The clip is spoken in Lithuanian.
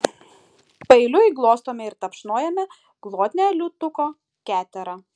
paeiliui glostome ir tapšnojame glotnią liūtuko keterą